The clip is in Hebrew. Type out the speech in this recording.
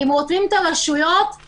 אני אומרת תיאורטית,